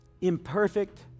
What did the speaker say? imperfect